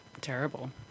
terrible